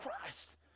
Christ